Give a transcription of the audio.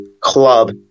club